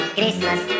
Christmas